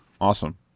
awesome